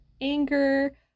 anger